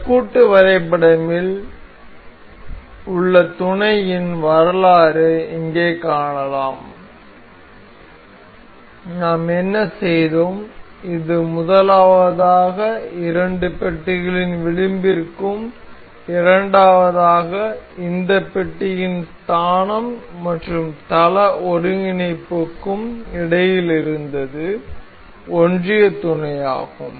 இந்த கூட்டு வரைபடமில் உள்ள துணையின் வரலாறு இங்கே காணலாம் நாம் என்ன செய்தோம் இது முதலாவதாக இரண்டு பெட்டிகளின் விளிம்பிற்கும் இரண்டாவதாக இந்த பெட்டியின் ஸ்தானம் மற்றும் தள ஒருங்கிணைப்புக்கும் இடையில் இருந்தது ஒன்றிய துணையாகும்